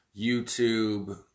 YouTube